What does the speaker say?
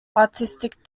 artistic